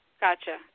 Gotcha